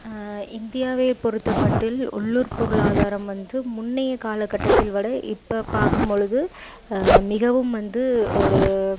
இந்தியாவை பொறுத்தமட்டில் உள்ளூர் பொருளாதாரம் வந்து முன்னைய காலகட்டத்தில் விட இப்போ பார்க்கும் பொழுது மிகவும் வந்து ஒரு